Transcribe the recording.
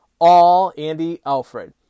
AllAndyAlfred